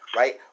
right